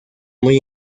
muy